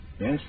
Yes